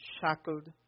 shackled